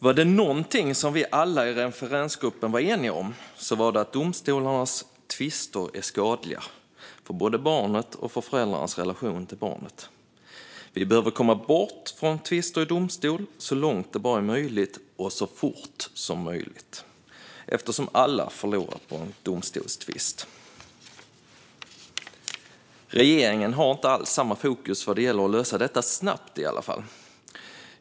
Var det någonting som vi alla i referensgruppen var eniga om var det att domstolstvister är skadliga för både barnet och föräldrarnas relation till barnet. Vi behöver komma bort från tvister i domstol så långt det bara är möjligt och så fort som möjligt, eftersom alla förlorar på en domstolstvist. Regeringen har inte alls samma fokus, i alla fall inte när det gäller att lösa detta snabbt.